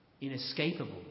inescapable